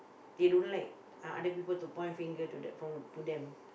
they don't like o~ other people to point finger to th~ from to them